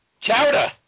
Chowder